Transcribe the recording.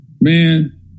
Man